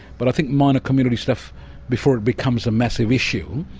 but i think minor community stuff before it becomes a massive issue,